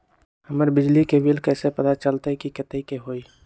हमर बिजली के बिल कैसे पता चलतै की कतेइक के होई?